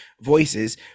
voices